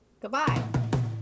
Goodbye